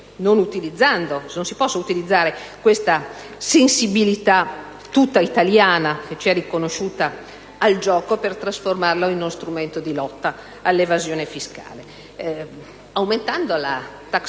se si possa utilizzare questa sensibilità tutta italiana riconosciutaci al gioco e trasformarla in uno strumento di lotta all'evasione fiscale, aumentando la *tax